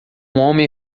homem